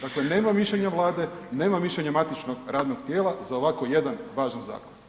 Dakle, nema mišljenja Vlade, nema mišljenja matičnog radnog tijela za ovako jedan važan zakon.